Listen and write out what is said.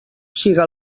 siga